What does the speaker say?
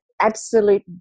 Absolute